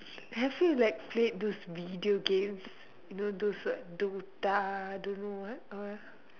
have you like played those video games you know those D_O_T_A don't know what all